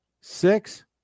Six